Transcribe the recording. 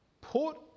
put